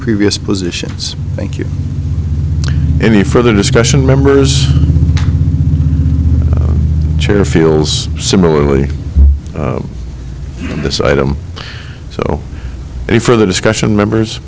previous positions thank you any further discussion members the chair feels similarly on this item so any further discussion members